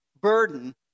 burden